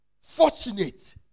Fortunate